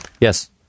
Yes